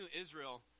Israel